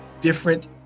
different